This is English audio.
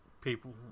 people